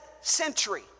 century